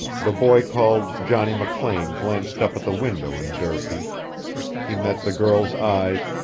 the boy called johnny mclean glanced up at the window in durfee he met the girl's eyes,